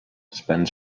spends